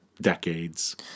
decades